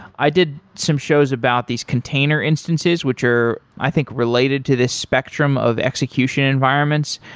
i did some shows about these container instances, which are i think related to the spectrum of execution environments,